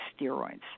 steroids